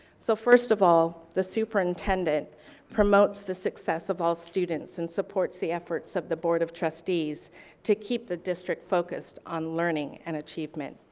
so first of all, the superintendent promotes the success of all students, and supports the efforts of the board of trustees to keep the district focused on learning and achievement.